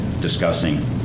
discussing